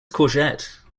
courgette